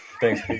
thanks